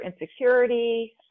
insecurity